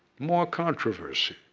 more controversy,